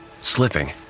Slipping